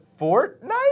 Fortnite